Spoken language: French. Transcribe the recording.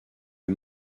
est